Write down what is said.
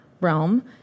realm